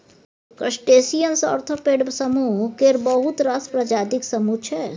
crustaceans arthropod समुह केर बहुत रास प्रजातिक समुह छै